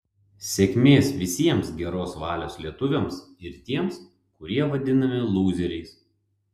sėkmės visiems geros valios lietuviams ir tiems kurie vadinami lūzeriais